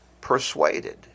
persuaded